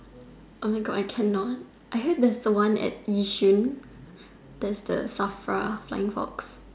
Oh my God I cannot I heard there's the one at Yishun there's the Safra flying fox